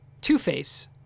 Two-Face